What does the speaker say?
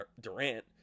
Durant